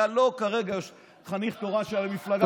אתה כרגע לא חניך תורן של המפלגה שלו.